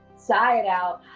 sigh it out.